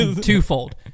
twofold